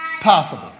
possible